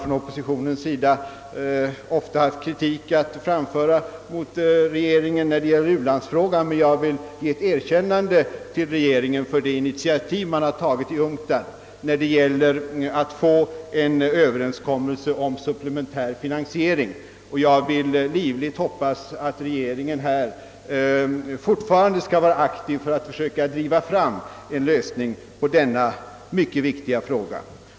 Från oppositionens sida har vi ofta haft kritik att rikta mot regeringen när det gäller ulandsfrågan, men jag vill nu ge ett erkännande till regeringen för det initiativ den tagit i UNCTAD när det gäller att få till stånd en överenskommelse om supplementär finansiering. Jag vill livligt hoppas att regeringen även framgent skall vara aktiv för att försöka driva fram en lösning av denna mycket viktiga fråga.